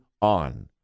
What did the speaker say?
on